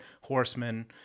horsemen